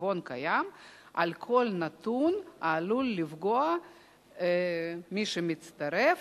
לחשבון קיים על כל נתון העלול לפגוע במי שמצטרף.